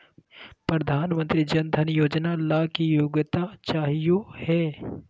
प्रधानमंत्री जन धन योजना ला की योग्यता चाहियो हे?